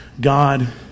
God